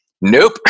nope